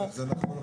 זה נכון,